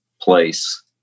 place